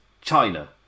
China